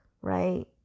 right